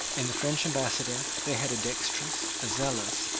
in the french ambassador they had a dexterous, a zealous,